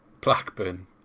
Blackburn